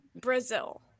Brazil